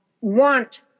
want